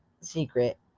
secret